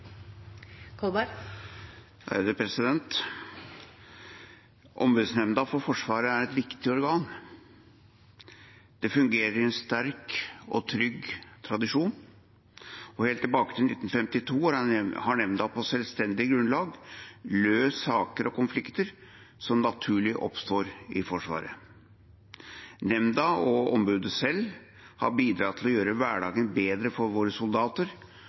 et viktig organ. Det fungerer i en sterk og trygg tradisjon, og helt tilbake til 1952 har nemnda på selvstendig grunnlag løst saker og konflikter som naturlig oppstår i Forsvaret. Nemnda og ombudet selv har bidratt til å gjøre hverdagen bedre for våre soldater,